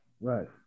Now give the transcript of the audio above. Right